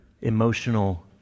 emotional